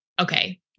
okay